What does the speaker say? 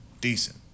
decent